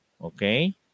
Okay